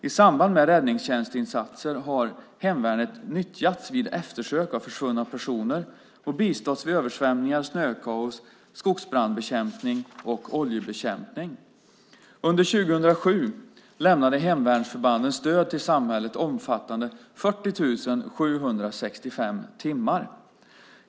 I samband med räddningstjänstinsatser har hemvärnet nyttjats vid eftersök av försvunna personer och bistått vid översvämningar, snökaos, skogsbrandsbekämpning och oljebekämpning. Under 2007 lämnade hemvärnsförbanden stöd till samhället omfattande 40 765 timmar.